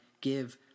give